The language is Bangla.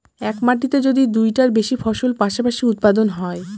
এক মাটিতে যদি দুইটার বেশি ফসল পাশাপাশি উৎপাদন হয়